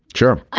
sure.